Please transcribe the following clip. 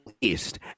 East